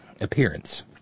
appearance